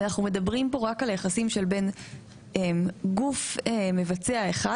אנחנו מדברים פה רק על היחסים בין גוף מבצע אחד,